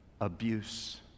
abuse